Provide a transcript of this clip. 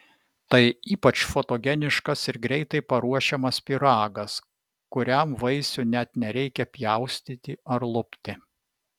tai ypač fotogeniškas ir greitai paruošiamas pyragas kuriam vaisių net nereikia pjaustyti ar lupti